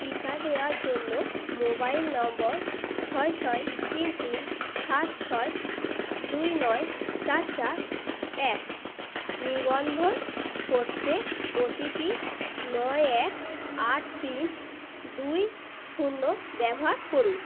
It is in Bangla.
টিকা দেওয়ার জন্য মোবাইল নম্বর ছয় ছয় তিন তিন সাত ছয় দুই নয় চার চার এক নিবন্ধন করতে ওটিপি নয় এক আট তিন দুই শূন্য ব্যবহার করুন